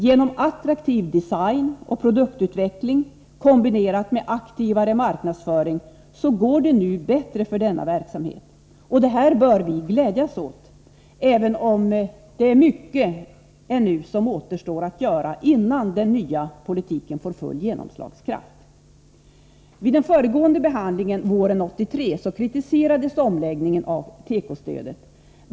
Genom attraktiv design och produktutveckling, kombinerat med aktivare marknadsföring, går det nu bättre för denna verksamhet. Detta bör vi glädjas åt, även om mycket ännu återstår att göra, innan den nya politiken får full genomslagskraft. Vid den föregående behandlingen våren 1983 kritiserades omläggningen av tekostödet.